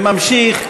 והוא ממשיך,